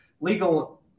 legal